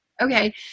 Okay